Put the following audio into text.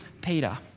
Peter